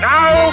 Now